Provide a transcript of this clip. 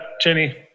Jenny